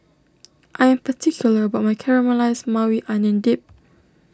I am particular about my Caramelized Maui Onion Dip